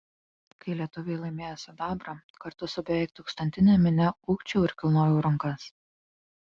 kai lietuviai laimėjo sidabrą kartu su beveik tūkstantine minia ūkčiojau ir kilnojau rankas